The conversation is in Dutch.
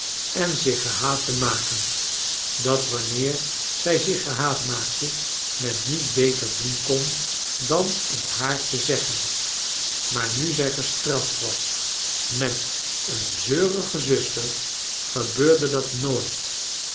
en zich gehaat te maken dat wanneer zij zich gehaat maakte men niet beter doen kon dan het haar te zeggen maar nu zij gestraft was met een zeurige zuster gebeurde dat nooit